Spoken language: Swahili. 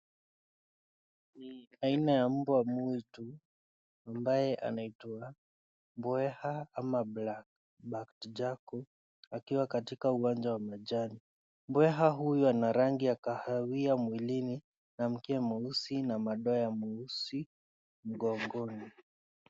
Ni aina ya mbwa mwitu ambaye anaitwa mbweha ama black jackal akiwa katika uwanja wa majani. Mbweha huyu ana rangi ya kahawia mwili, mkia mweusi na madoa ya mweusi mgongoni.